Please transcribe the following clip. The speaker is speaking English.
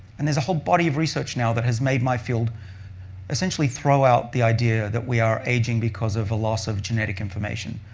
and there's a whole body of research now that has made my field essentially throw out the idea that we are aging because of a loss of genetic information.